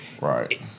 Right